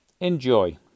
Enjoy